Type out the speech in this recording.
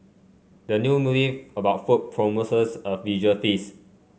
the new movie about food promises a visual feast